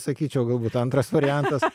sakyčiau galbūt antras variantas